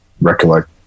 recollect